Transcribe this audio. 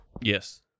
Yes